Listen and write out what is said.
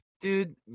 dude